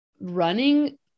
running